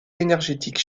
énergétique